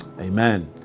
Amen